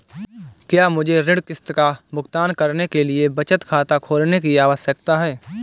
क्या मुझे ऋण किश्त का भुगतान करने के लिए बचत खाता खोलने की आवश्यकता है?